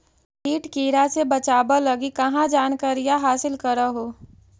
किट किड़ा से बचाब लगी कहा जानकारीया हासिल कर हू?